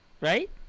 right